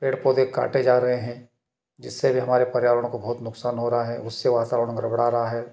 पेड़ पौधे काटे जा रहे हैं जिससे भी हमारे पर्यावरण को बहुत नुकसान हो रहा है उससे वातावरण गड़बड़ा रहा है